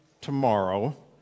tomorrow